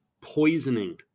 poisoning